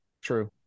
True